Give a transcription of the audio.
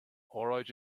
óráid